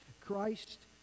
Christ